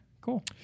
Cool